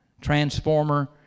transformer